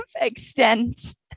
extent